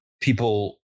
people